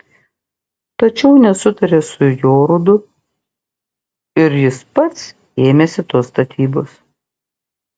tačiau nesutarė su jorudu ir jis pats ėmėsi tos statybos